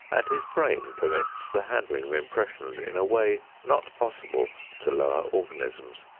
and his brain permits the handling of impressions in a way not possible to lower organisms.